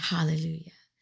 Hallelujah